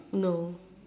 no